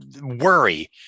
worry